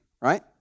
right